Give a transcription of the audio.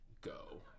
go